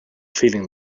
feeling